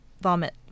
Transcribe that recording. vomit